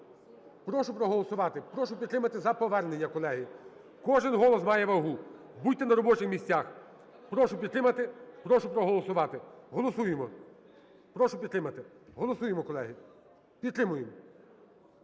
Прошу проголосувати, прошу підтримати за повернення, колеги. Кожен голос має вагу, будьте на робочих місцях, прошу підтримати, прошу проголосувати. Голосуємо. Прошу підтримати. Голосуємо, колеги, підтримуємо